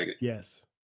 Yes